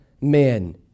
men